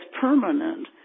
permanent